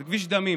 זה כביש דמים.